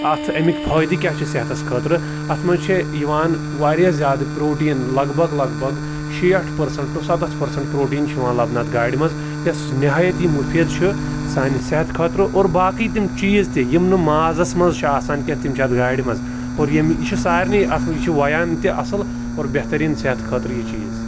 اَتھ اَمِکۍ فٲیدٕ کیٛاہ چھِ صحتَس خٲطرٕ اَتھ منٛز چھِ یِوان واریاہ زیادٕ پرٛوٹیٖن لگ بگ لگ بگ شیٹھ پٔرسَنٛٹ ٹُہ سَتَتھ پٔرسَنٛٹ پرٛوٹیٖن چھِ یوان لَبنہٕ اَتھ گاڈِ منٛز یوٚس نِہایتی مُفیٖد چھُ سانہِ صحت خٲطرٕ اور باقٕے تِم چیٖز تہِ یِم نہٕ مازَس منٛز چھِ آسان کینٛہہ تِم چھِ اَتھ گاڈِ منٛز اور ییٚمہِ یہِ چھِ سارنٕے اَتھ منٛز یہِ چھِ وَیان تہِ اَصٕل اور بہتریٖن صحت خٲطرٕ یہِ چیٖز